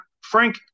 Frank